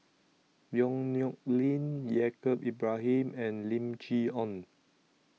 Yong Nyuk Lin Yaacob Ibrahim and Lim Chee Onn